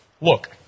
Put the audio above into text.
look